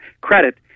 credit